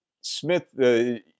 Smith